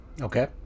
Okay